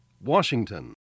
Washington